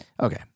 okay